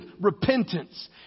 repentance